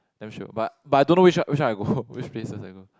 damn shiok but but I don't know which one which one I go which places I go